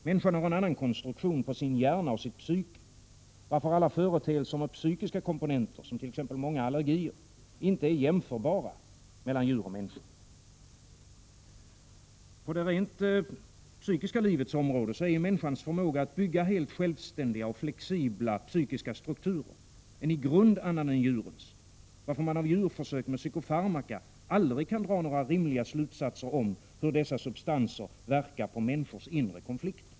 Människan har en annan konstruktion på sin hjärna och sitt psyke, varför alla företeelser med psykiska komponenter, t.ex. många allergier, inte är jämförbara mellan djur och människor. På det rent psykiska livets område är människans förmåga att bygga helt självständiga och flexibla psykiska strukturer en i grunden annan än djurens, varför man med djurförsök med psykofarmaka aldrig kan dra några rimliga slutsatser om hur dessa substanser verkar på människors inre konflikter.